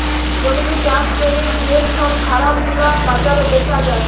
জমিতে চাষ ক্যরে যে সব খাবার গুলা বাজারে বেচা যায়